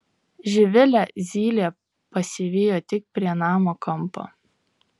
živilę zylė pasivijo tik prie namo kampo